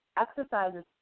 exercises